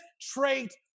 trait